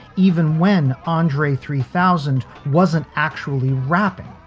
even when andre three thousand wasn't actually rapping,